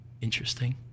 Interesting